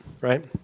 Right